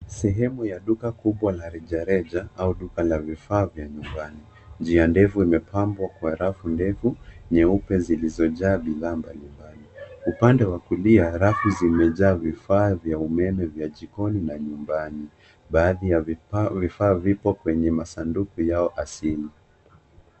Sehemu ya duka kubwa la rejareja au duka la vifaa vya vyumbani. Njia ndefu imepambwa kwa rafu ndefu nyeupe zilizojaa bidhaa mbalimbali. Upande wa kulia, rafu zimejaa vifaa vya umeme vya jikoni na nyumbani. Baadhi ya vifaa vipo kwenye masanduku yao asili.